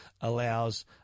allows